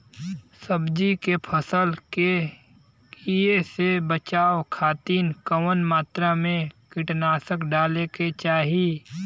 सब्जी के फसल के कियेसे बचाव खातिन कवन मात्रा में कीटनाशक डाले के चाही?